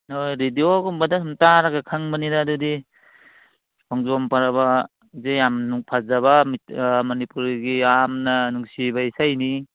ꯍꯣꯏ ꯔꯦꯗꯤꯑꯣꯒꯨꯝꯕꯗ ꯇꯥꯔꯒ ꯁꯨꯝ ꯈꯪꯕꯅꯤꯗ ꯑꯗꯨꯗꯤ ꯈꯣꯡꯖꯣꯝ ꯄꯔꯕꯁꯦ ꯌꯥꯝ ꯐꯖꯕ ꯃꯅꯤꯄꯨꯔꯒꯤ ꯌꯥꯝ ꯅꯨꯡꯁꯤꯕ ꯏꯁꯩꯅꯤ